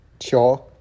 Sure